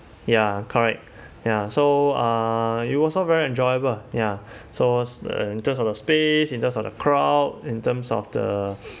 ya correct ya so uh it was all very enjoyable ya so uh in terms of the space in terms of the crowd in terms of the